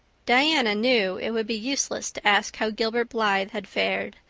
diana knew it would be useless to ask how gilbert blythe had fared,